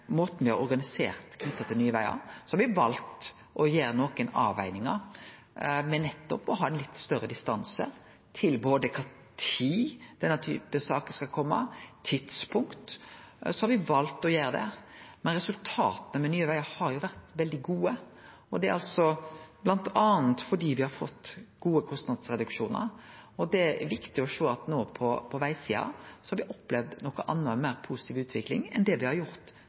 Nye Vegar, har me valt å gjere nokre avvegingar, med å ha ein større distanse til kva tid denne typen saker skal kome, tidspunkt, og så har me valt å gjere det. Men resultata med Nye Vegar har vore veldig gode, og det er bl.a. fordi me har fått gode kostnadsreduksjonar. Det er viktig at på vegsida har me opplevd noko anna og fått ei meir positiv utvikling enn det me dessverre har gjort